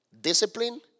Discipline